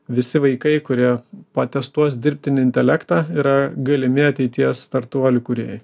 visi vaikai kurie patestuos dirbtinį intelektą yra galimi ateities startuolių kūrėjai